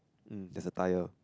um there is a tyre